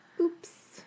Oops